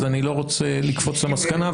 אז אני לא רוצה לקפוץ למסקנה.